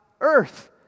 earth